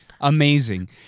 amazing